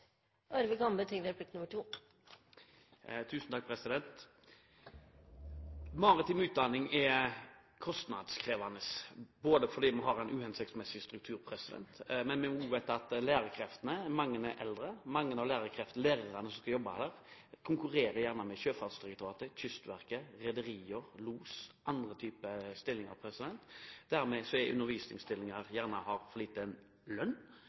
Replikk nr. to til Arve Kambe. Maritim utdanning er kostnadskrevende, både fordi vi har en uhensiktsmessig struktur og på grunn av lærekreftene. Mange av lærerne er eldre. Mange av lærerne som skal jobbe der, konkurrerer gjerne om jobber i Sjøfartsdirektoratet, Kystverket, rederier, losyrket og andre typer stillinger, og undervisningsstillinger har gjerne for lav lønn – det er